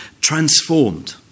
transformed